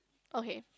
okay